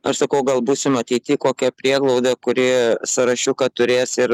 aš sakau gal būsim ateity kokia prieglauda kuri sąrašiuką turės ir